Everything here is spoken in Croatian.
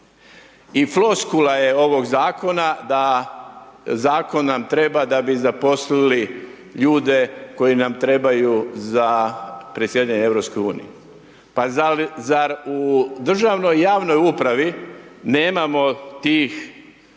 I floskula je ovog zakona da zakon nam treba da bi zaposlili ljude koji nam trebaju za predsjedanje EU-om. Pa zar u državnoj javnoj upravi nemamo tih